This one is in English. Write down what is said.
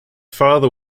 father